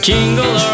Jingle